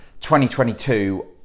2022